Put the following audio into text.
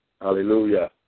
Hallelujah